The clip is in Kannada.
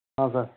ಹಾಂ ಸರ್